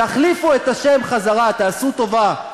תחליפו את השם חזרה, תעשו טובה.